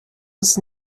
was